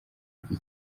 iki